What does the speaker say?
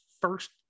first